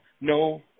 No